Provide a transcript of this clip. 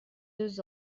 deux